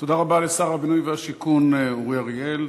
תודה רבה לשר הבינוי והשיכון אורי אריאל,